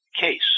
case